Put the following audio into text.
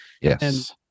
yes